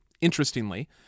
interestingly